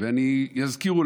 ואני אזכיר.